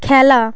খেলা